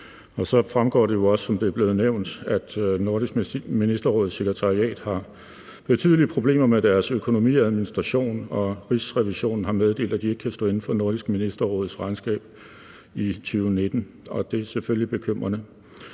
er blevet nævnt, at Nordisk Ministerråds sekretariat har betydelige problemer med deres økonomi og administration. Rigsrevisionen har meddelt, at de ikke kan stå inde for Nordisk Ministerråds regnskab i 2019, og det er selvfølgelig bekymrende.